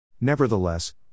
Nevertheless